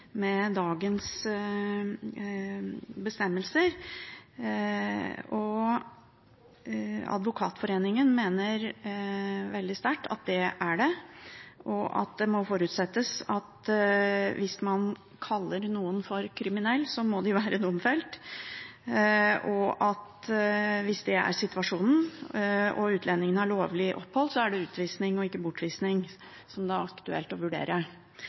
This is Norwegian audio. med dagens bestemmelser. Advokatforeningen mener veldig sterkt at det er det, og at det må forutsettes at hvis man kaller noen for kriminell, må de være domfelt, og at hvis det er situasjonen og utlendingen har lovlig opphold, er det utvisning og ikke bortvisning som det er aktuelt å vurdere.